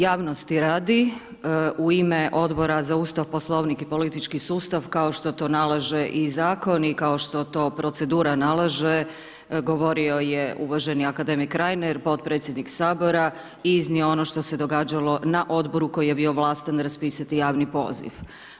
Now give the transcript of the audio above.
Javnosti radi, u ime Odbora za Ustav, Poslovnik i Politički sustav, kao što to nalaže i Zakon, i kao što to procedura nalaže, govorio je uvaženi akademik Reiner, podpredsjednik Sabora, iznio je ono što se događalo na Odboru koji je bio vlastan raspisati javni poziv.